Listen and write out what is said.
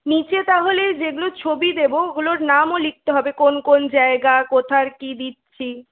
নিচে তাহলে যেগুলোর ছবি দেবো ওগুলোর নামও লিখতে হবে কোন কোন জায়গা কোথার কী দিচ্ছি